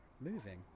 moving